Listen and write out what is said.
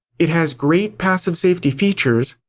it has great passive safety features,